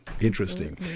interesting